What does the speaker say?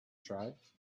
tried